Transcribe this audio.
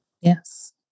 Yes